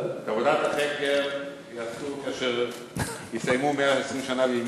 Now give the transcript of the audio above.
את עבודת החקר יעשו כאשר יסיימו 120 שנה, ללמוד.